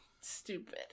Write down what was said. stupid